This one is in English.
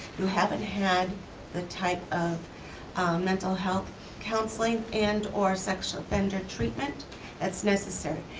you haven't had the type of mental health counseling and or sexual offender treatment that's necessary.